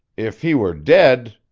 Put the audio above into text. if he were dead.